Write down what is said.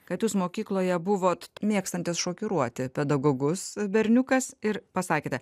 kad jūs mokykloje buvot mėgstantis šokiruoti pedagogus berniukas ir pasakėte